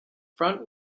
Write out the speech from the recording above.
front